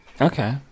Okay